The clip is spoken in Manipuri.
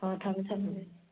ꯍꯣꯏ ꯍꯣꯏ ꯊꯝꯃꯦ ꯊꯝꯃꯦ ꯑꯗꯨꯗꯤ